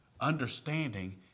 Understanding